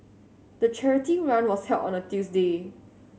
the charity run was held on a Tuesday